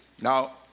Now